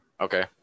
okay